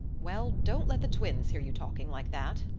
well, don't let the twins hear you talking like that,